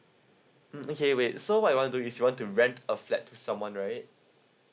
mm okay wait so what you want to is you want to rent a flat to someone right